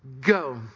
Go